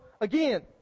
again